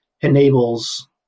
enables